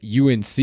UNC